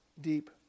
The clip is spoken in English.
deep